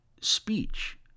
speech